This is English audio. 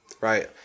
Right